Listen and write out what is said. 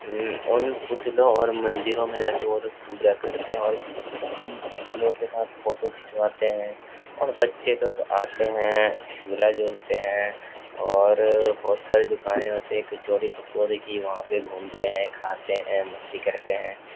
ان پتلوں اور مندروں میں جا کے وہ لوگ پوجا کرتے ہیں اور ان پتلوں کے ساتھ فوٹو کھنچواتے ہیں اور بچے لوگ آتے ہیں جھولا جلتے ہیں اور بہت ساری دکانیں ہوتی ہیں کچوری پکوڑی کی وہاں پہ گھومتے ہیں کھاتے ہیں مستی کرتے ہیں